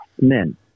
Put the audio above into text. men